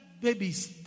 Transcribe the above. babies